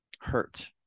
hurt